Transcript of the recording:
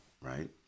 right